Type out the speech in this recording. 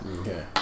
okay